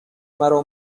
مرا